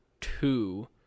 two